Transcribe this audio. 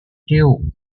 theo